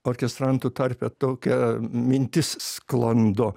orkestrantų tarpe tokia mintis sklando